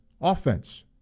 offense